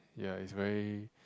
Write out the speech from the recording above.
ya it's very